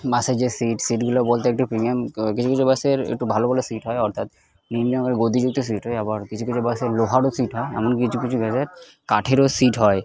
বাসে যে সিট সিটগুলো বলতে একটু প্রিমিয়াম কিছু কিছু বাসের একটু ভালো ভালো সিট হয় অর্থাৎ নীল রঙের গদিযুক্ত সিট হয় আবার কিছু কিছু বাসে লোহারও সিট হয় এমন কিছু কিছু জায়গায় কাঠেরও সিট হয়